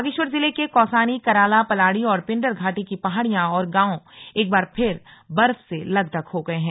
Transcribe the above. बागेश्वर जिले के कौसानी कराला पलाड़ी और पिंडर घाटी की पहाड़ियां और गांवों एक बार फिर बर्फ से लकदक हो गए हैं